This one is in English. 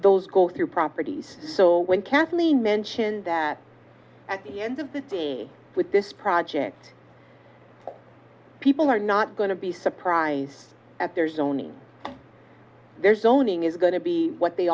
those go through properties so when kathleen mentioned that at the end of the city with this project people are not going to be surprised at their zoning their zoning is going to be what they